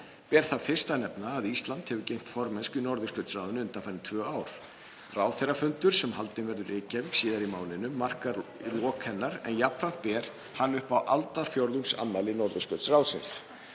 Ber þar fyrst að nefna að Ísland hefur gegnt formennsku í Norðurskautsráðinu undanfarin tvö ár. Ráðherrafundur, sem haldinn verður í Reykjavík síðar í mánuðinum, markar lok hennar en jafnframt ber hann upp á aldarfjórðungsafmæli Norðurskautsráðsins.